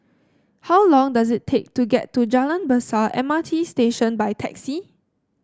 how long does it take to get to Jalan Besar M R T Station by taxi